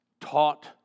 taught